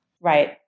Right